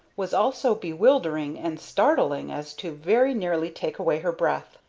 was all so bewildering and startling as to very nearly take away her breath.